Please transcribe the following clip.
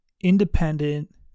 independent